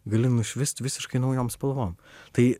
gali nušvist visiškai naujom spalvom tai